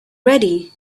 ready